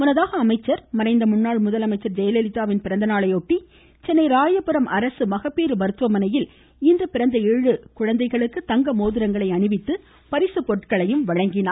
முன்னதாக அமைச்சர் மறைந்த முன்னாள் முதலமைச்சர் ஜெயலலிதாவின் பிறந்தநாளையொட்டி சென்னை ராயபுரம் அரசு மகப்பேறு மருத்துவமனையில் இன்று பிறந்த தங்க மோதிரங்களை அவர் அணிவித்து பரிசு பொருட்களையும் வழங்கினார்